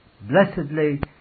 Blessedly